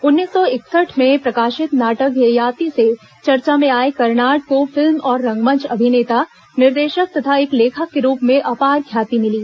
उन्नीस सौ इकसठ में प्रकाशित नाटक ययाति से चर्चा में आए कर्नाड को फिल्म और रंगमंच अभिनेता निर्देशक तथा एक लेखक के रूप में अपार ख्याति मिली